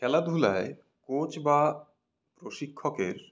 খেলাধুলায় কোচ বা প্রশিক্ষকের